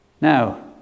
now